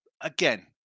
again